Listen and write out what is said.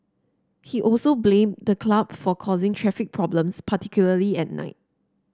he also blamed the club for causing traffic problems particularly at night